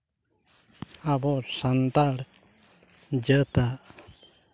ᱟᱵᱚ ᱥᱟᱱᱛᱟᱲ ᱡᱟᱹᱛᱟᱜ